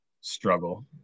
struggle